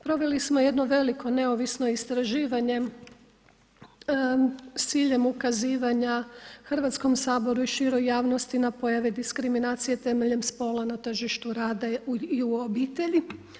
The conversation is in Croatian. Proveli smo jedno veliko neovisno istraživanje s ciljem ukazivanja Hrvatskom saboru i široj javnosti na pojave diskriminacije temeljem spola na tržištu rada i u obitelji.